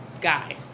guy